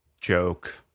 joke